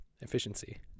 efficiency